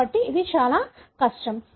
కాబట్టి ఇది చాలా కష్టం